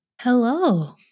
Hello